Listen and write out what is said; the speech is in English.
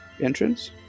entrance